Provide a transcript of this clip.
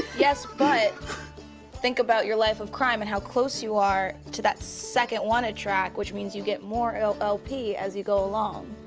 yes, but think about your life of crime and how close you are to that second wanted track, which means you get more lp lp as you go along.